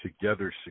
together